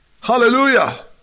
Hallelujah